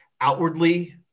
outwardly